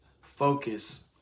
focus